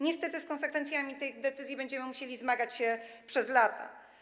Niestety z konsekwencjami tych decyzji będziemy musieli zmagać się przez lata.